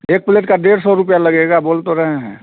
एक प्लेट का डेढ़ सौ रुपये लगेगा बोल तो रहे हैं